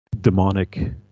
demonic